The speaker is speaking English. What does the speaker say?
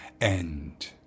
end